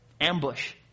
Ambush